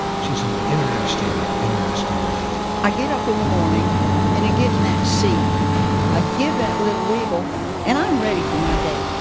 she's an interesting, interesting lady. i get up in the morning and i get in that seat. i give that little wiggle and i'm ready for my day.